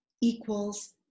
equals